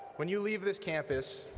when you leave this campus,